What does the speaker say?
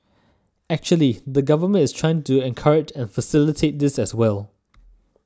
actually the Government is trying to encourage and facilitate this as well